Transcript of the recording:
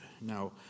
Now